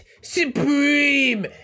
supreme